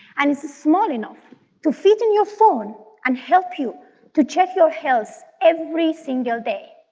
and it's small enough to fit in your phone and help you to check your health every single day.